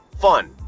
fun